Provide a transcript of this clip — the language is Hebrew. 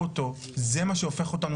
אין מלבדה,